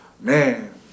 man